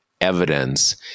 evidence